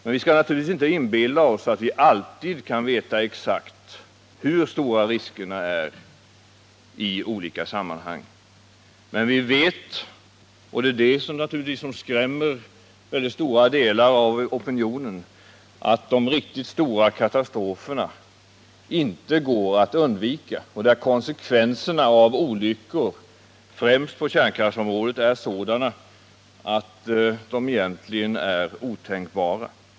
Men vi skall naturligtvis inte inbilla oss att vi alltid kan veta exakt hur stora riskerna är i olika sammanhang. Vi vet dock — och det är naturligtvis det som skrämmer stora delar av opinionen — att de riktigt stora katastroferna inte med säkerhet går att undvika och att konsekvenserna av en olycka, främst på kärnkraftsområdet, är sådana att de egentligen är otänkbara.